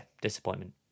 disappointment